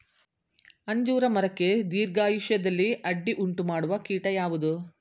ಅಂಜೂರ ಮರಕ್ಕೆ ದೀರ್ಘಾಯುಷ್ಯದಲ್ಲಿ ಅಡ್ಡಿ ಉಂಟು ಮಾಡುವ ಕೀಟ ಯಾವುದು?